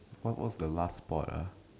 what what was the last sport ah